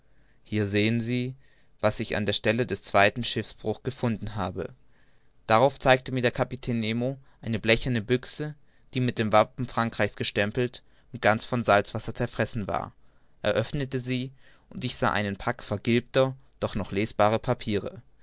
hier sehen sie was ich an der stelle des zweiten schiffbruchs gefunden habe darauf zeigte mir der kapitän nemo eine blecherne büchse die mit dem wappen frankreichs gestempelt und ganz von salzwasser zerfressen war er öffnete sie und ich sah einen pack vergilbter doch noch lesbarer papiere